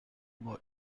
mood